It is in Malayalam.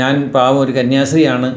ഞാനൊരു പാവമൊരു കന്യാസ്ത്രീയാണ്